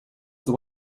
this